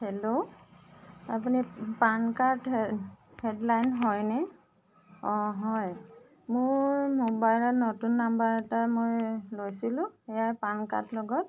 hello আপুনি PAN card head headline হয়নে অ' হয় মোৰ মোবাইলত নতুন নম্বৰ এটা মই লৈছিলোঁ সেয়া পান কাৰ্ড লগত